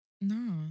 No